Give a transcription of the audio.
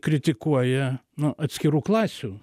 kritikuoja nu atskirų klasių